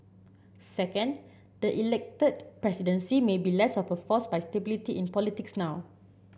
second the elected presidency may be less of a force for stability in politics now